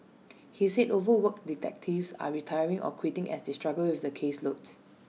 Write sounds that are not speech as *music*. *noise* he said overworked detectives are retiring or quitting as they struggle with the caseloads